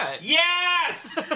Yes